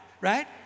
right